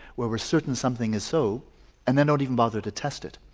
where we're certain something is so and then don't even bother to test it.